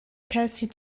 kelsey